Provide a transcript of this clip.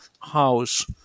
house